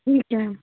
ठीक है